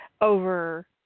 over